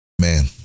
man